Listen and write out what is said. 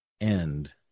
end